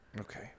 Okay